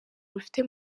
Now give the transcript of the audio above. rufite